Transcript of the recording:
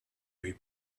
they